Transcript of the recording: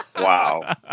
Wow